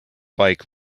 bike